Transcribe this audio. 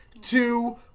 two